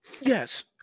Yes